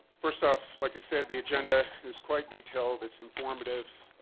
first off, like i said, the agenda is quite detailed, it's informative.